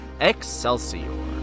Excelsior